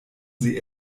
sie